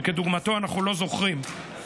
שכדוגמתו אנחנו לא זוכרים.